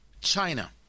China